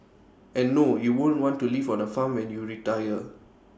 and no you won't want to live on A farm when you retire